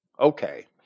Okay